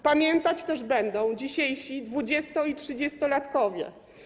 Pamiętać też będą dzisiejsi dwudziesto- i trzydziestolatkowie.